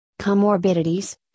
comorbidities